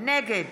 נגד